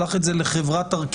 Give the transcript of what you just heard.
שלח את זה לחברת ארכיב,